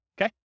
okay